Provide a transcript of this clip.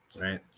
right